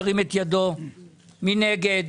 מי נגד?